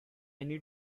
need